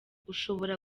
ushobora